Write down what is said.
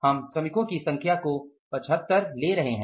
हम श्रमिकों की संख्या को 75 ले रहे हैं